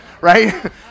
right